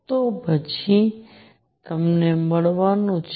તો પછી તમને મળવાનું છે